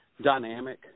dynamic